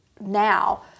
now